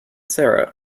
sarah